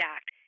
Act